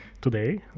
today